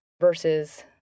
versus